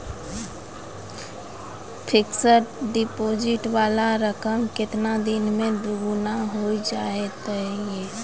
Fixed deposit वाला रकम केतना दिन मे दुगूना हो जाएत यो?